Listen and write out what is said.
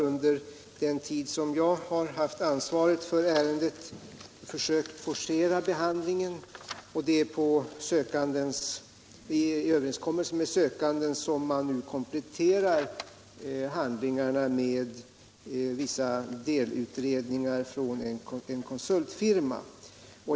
Under den tid jag har haft ansvaret för ärendet har vi försökt forcera behandlingen. Det är efter överenskommelse med sökanden som man nu kompletterar handlingarna med vissa delutredningar från en konsultfirma.